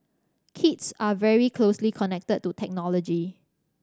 kids are very closely connected to technology